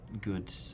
good